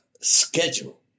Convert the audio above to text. schedule